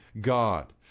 God